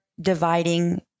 dividing